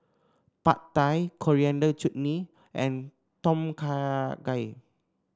Pad Thai Coriander Chutney and Tom Kha Gai